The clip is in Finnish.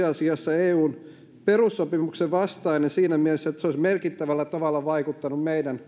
asiassa eun perussopimuksen vastainen siinä mielessä että se olisi merkittävällä tavalla vaikuttanut meidän